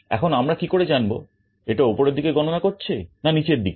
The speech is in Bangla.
এখন আমরা কি করে জানব এটা উপরের দিকে গণনা করছে না নিচের দিকে